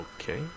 okay